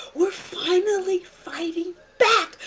we're finally fighting back.